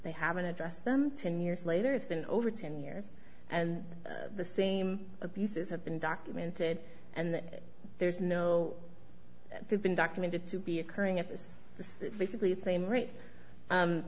they haven't addressed them ten years later it's been over ten years and the same abuses have been documented and that there's no been documented to be occurring at this basically the same rate